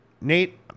Nate